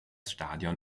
stadion